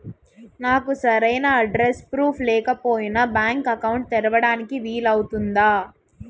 నాకు సరైన address proof లేకపోయినా బ్యాంక్ అకౌంట్ తెరవడానికి వీలవుతుందా?